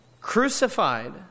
crucified